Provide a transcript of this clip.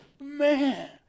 Man